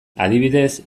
adibidez